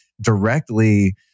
directly